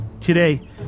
Today